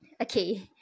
Okay